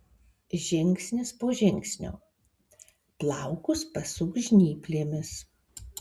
žingsnis po žingsnio plaukus pasuk žnyplėmis